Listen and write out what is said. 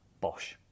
Bosch